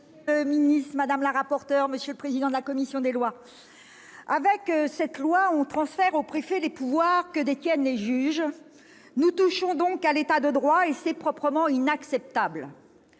monsieur le ministre, madame la rapporteure, monsieur le président de la commission des lois, « avec cette loi, on transfère aux préfets des pouvoirs que détiennent les juges. [...] Nous touchons donc à l'État de droit, et c'est proprement inacceptable